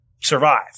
survive